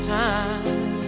time